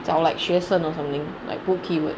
找 like 学生 or something like put keyword